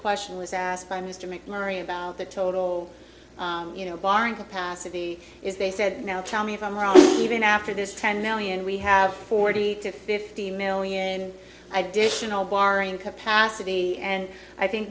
question was asked by mr mcmurray about the total you know barring capacity is they said now tell me if i'm wrong even after this ten million we have forty to fifty million i did you know barring capacity and i think